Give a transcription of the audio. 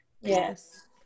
Yes